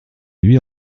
lui